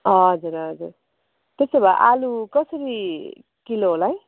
हजुर हजुर त्यसो भए आलु कसरी किलो होला है